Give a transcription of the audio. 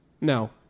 No